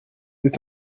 with